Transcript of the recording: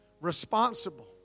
Responsible